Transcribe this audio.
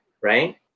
right